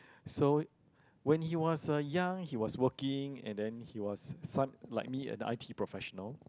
so when he was a young he was working and then he was sun like me in the I_T professional